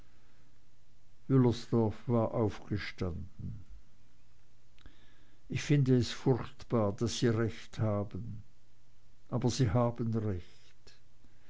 wüllersdorf war aufgestanden ich finde es furchtbar daß sie recht haben aber sie haben recht